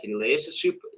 relationship